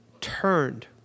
turned